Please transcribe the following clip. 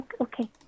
Okay